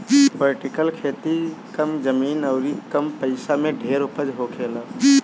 vertical खेती कम जमीन अउरी कम पइसा में ढेर उपज होखेला